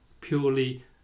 purely